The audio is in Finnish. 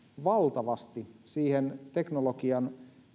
valtavasti siihen teknologian